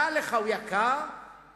דע לך שהאנונה יקרה וטעימה,